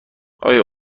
آیا